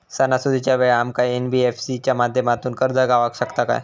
सणासुदीच्या वेळा आमका एन.बी.एफ.सी च्या माध्यमातून कर्ज गावात शकता काय?